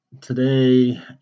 Today